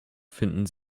finden